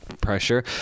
pressure